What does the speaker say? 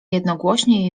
jednogłośnie